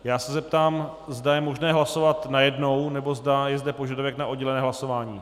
Já se zeptám, zda je možné hlasovat najednou, nebo zda je zde požadavek na oddělené hlasování.